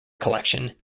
collection